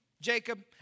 Jacob